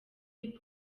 hip